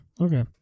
Okay